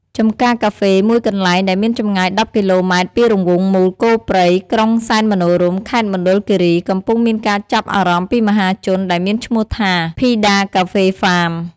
ចម្ការកាហ្វេមួយកន្លែងដែលមានចម្ងាយ១០គីឡូម៉ែត្រពីរង្វង់មូលគោព្រៃ ក្រុងសែនមនោរម្យ ខេត្តមណ្ឌលគិរី កំពុងមានការចាប់អារម្មណ៍ពីមហាជន ដែលមានឈ្មោះថា ភីដាកាហ្វេហ្វាម។